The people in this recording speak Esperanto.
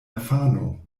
infano